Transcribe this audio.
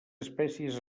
espècies